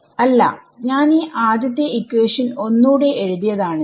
അല്ല ഞാനീ ആദ്യത്തെ ഇക്വേഷൻ ഒന്നൂടെ എഴുതിയതാണ്